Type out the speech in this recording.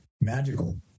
magical